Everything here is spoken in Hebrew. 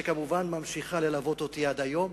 שכמובן ממשיכה ללוות אותי עד היום.